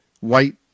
white